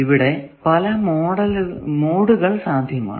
ഇവിടെ പല മോഡുകൾ സാധ്യമാണ്